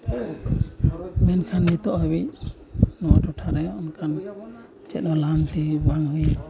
ᱢᱮᱱᱠᱷᱟᱱ ᱱᱤᱛᱚᱜ ᱦᱟᱹᱵᱤᱡ ᱱᱚᱣᱟ ᱴᱚᱴᱷᱟᱨᱮ ᱚᱱᱠᱟᱱ ᱪᱮᱫ ᱦᱚᱸ ᱞᱟᱦᱟᱱᱛᱤ ᱵᱟᱝ ᱦᱩᱭ ᱠᱟᱱᱟ